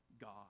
God